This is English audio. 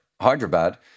Hyderabad